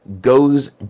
goes